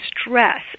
stress